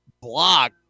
block